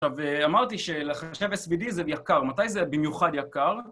עכשיו אמרתי שלחשב SVD זה יקר, מתי זה במיוחד יקר?